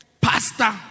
pastor